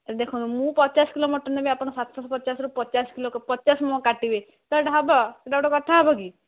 ଦେଖନ୍ତୁ ମୁଁ ପଚାଶ କିଲୋ ମଟନ୍ ନେବି ଆପଣ ସାତ ଶହ ପଚାଶରୁ ପଚାଶ କିଲୋ ପଚାଶ ମୁଁ କାଟିବି ତ ଏହିଟା ହେବ ଏହିଟା ଗୋଟିଏ କଥା ହେବ କି